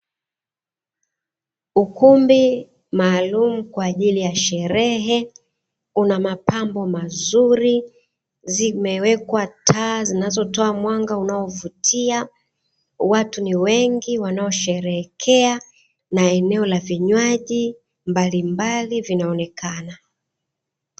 Ukumbi maalumu kwa ajili ya sherehe, unamapambo mazuri, zimeweka taa zinazo toa mwanga zinazovutia, watu ni wengi wanao sheherekea na eneo la vinywaji mbali mbali vinaonekana.